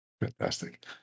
Fantastic